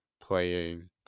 playing